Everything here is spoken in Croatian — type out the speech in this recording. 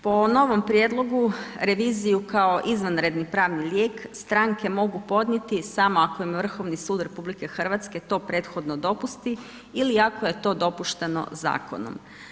Po novom prijedlogu, reviziju kao izvanredni lijek stranke mogu podnijeti samo ako im Vrhovni sud RH to prethodno dopusti ili ako je to dopušteno zakonom.